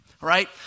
right